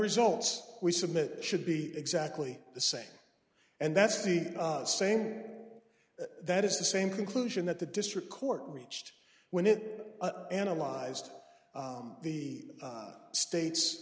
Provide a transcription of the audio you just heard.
results we submit should be exactly the same and that's the same that is the same conclusion that the district court reached when it analyzed the state